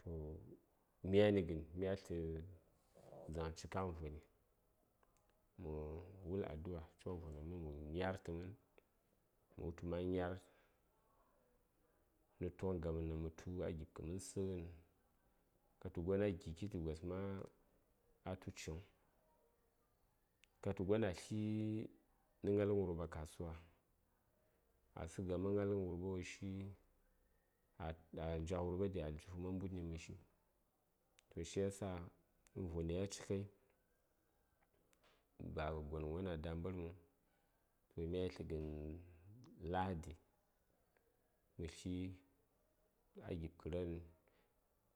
to myani gən mya tlə dzaŋ ci ka gən voni mə wul addu’a choŋvon nan mən mə nyar tə mən mə wultu ma nyar nə tughn gaman daŋ mə tu a gib kə mən sə:ghən katu gon a gi kiti gos ma atu ciŋ katu a tli nə gnalghən wurɓa kasuwa a səŋ gama gnalghən wurɓa woshi a njak wurɓaɗi aljihu man mbuɗni məshi toh shiyasa voni ya cikai ba gonghən won a dambarghən toh mya tləghən lahadi mə tli a gibkə ra:n